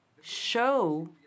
show